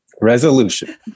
Resolution